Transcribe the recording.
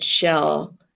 shell